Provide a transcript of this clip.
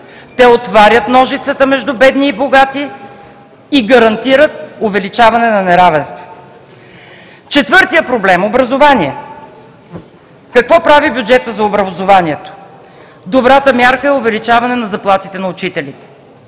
те отварят ножицата между бедни и богати и гарантират увеличаване на неравенството. Четвъртият проблем – образование. Какво прави бюджетът за образованието? Добрата мярка е увеличаване на заплатите на учителите,